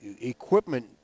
equipment